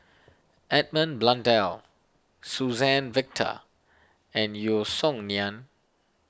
Edmund Blundell Suzann Victor and Yeo Song Nian